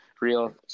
real